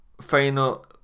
final